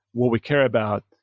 what we care about.